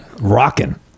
rocking